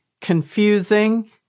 confusing